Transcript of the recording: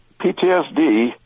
PTSD